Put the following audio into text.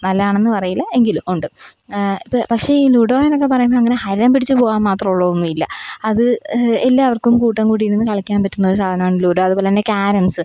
നല്ലതാണെന്നു പറയില്ല എങ്കിലും ഉണ്ട് പക്ഷേ ഈ ലുഡോയെന്നൊക്കെ പറയുമ്പം അങ്ങനെ ഹരം പിടിച്ചു പോകാന് മാത്രം ഉള്ളതൊന്നുമില്ല അത് എല്ലാവര്ക്കും കൂട്ടം കൂടിയിരുന്ന് കളിക്കാന് പറ്റുന്നൊരു സാധനമാണ് ലുഡോ അതുപോലെതന്നെ ക്യാരംസ്